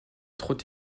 trop